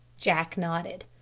jack nodded.